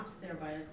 thereby